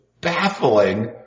baffling